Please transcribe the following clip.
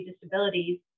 disabilities